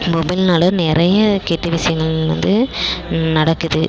மொபைல்னால் நிறைய கெட்ட விஷயங்கள் வந்து நடக்குது